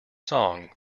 song